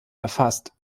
erfasst